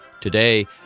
Today